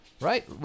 right